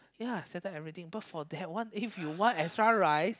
ya settle everything but for that one if you want extra rice